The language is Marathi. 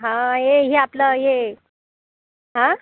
हा ये हे आपलं हे हा